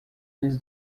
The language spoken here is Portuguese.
eles